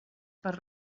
per